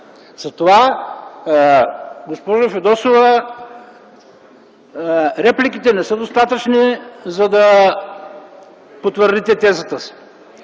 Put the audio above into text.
Госпожо Фидосова, репликите не са достатъчни, за да потвърдите тезата си.